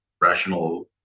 rational